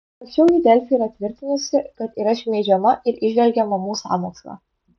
anksčiau ji delfi yra tvirtinusi kad yra šmeižiama ir įžvelgė mamų sąmokslą